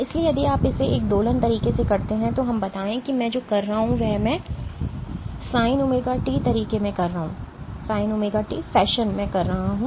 इसलिए यदि आप इसे एक दोलन तरीके से करते हैं तो हम बताएं कि मैं जो कर रहा हूं वह मैं Sin ωt तरीके में कर रहा हूं